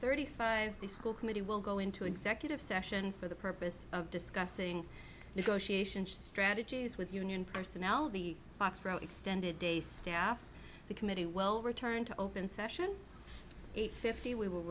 thirty five the school committee will go into executive session for the purpose of discussing negotiation strategies with union personnel the foxborough extended day staff the committee will return to open session eight fifty we will